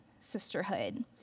sisterhood